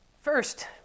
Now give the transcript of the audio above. First